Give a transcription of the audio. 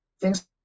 thanks